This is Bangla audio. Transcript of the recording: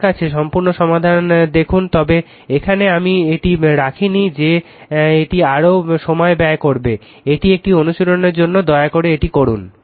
আমার কাছে সম্পূর্ণ সমাধান দেখুন তবে এখানে আমি এটি রাখিনি যে এটি আরও সময় ব্যয় করবে এটি একটি অনুশীলনের জন্য দয়া করে এটি করুন